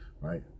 right